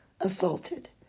assaulted